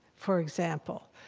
for example.